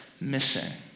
missing